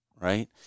right